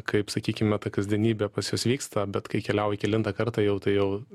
kaip sakykime ta kasdienybė pas juos vyksta bet kai keliauji kelintą kartą jau tai jau